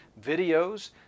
videos